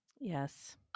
yes